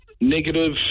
negative